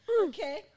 Okay